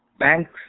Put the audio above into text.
Banks